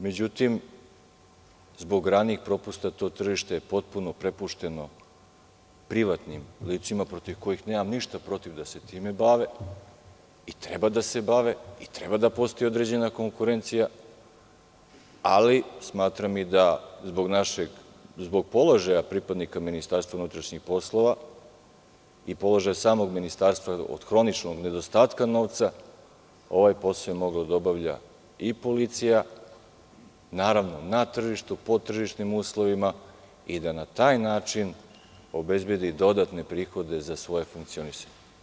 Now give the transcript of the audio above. Međutim, zbog ranijih propusta to tržište je potpuno prepušteno privatnim licima, protiv kojih nemam ništa protiv da se time bave, i treba da se bave, i treba da postoji određena konkurencija, ali, smatram i da zbog položaja pripadnika Ministarstva unutrašnjih poslova i položaja samog ministarstva od hroničnog nedostatka novca, ovaj posao je mogla da obavlja i policija, naravno, na tržištu, po tržišnim uslovima i da na taj način obezbedi dodatne prihode za svoje funkcionisanje.